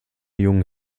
jungen